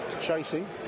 Chasing